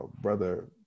Brother